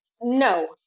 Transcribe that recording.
no